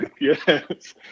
Yes